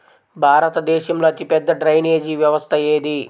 భారతదేశంలో అతిపెద్ద డ్రైనేజీ వ్యవస్థ ఏది?